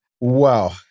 Wow